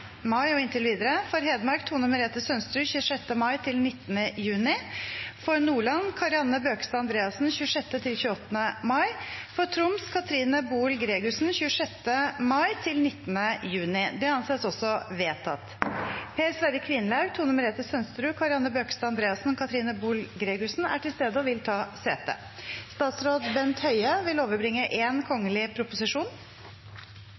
mai og inntil videre For Hedmark: Tone Merete Sønsterud 26. mai til 19. juni For Nordland: Kari Anne Bøkestad Andreassen 26.–28. mai For Troms: Katrine Boel Gregussen 26. mai til 19. juni Per Sverre Kvinlaug, Tone Merete Sønsterud, Kari Anne Bøkestad Andreassen og Katrine Boel Gregussen er til stede og vil ta sete. Representanten Per-Willy Amundsen vil